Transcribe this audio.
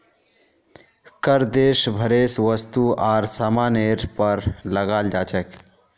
कर देश भरेर वस्तु आर सामानेर पर लगाल जा छेक